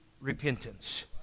repentance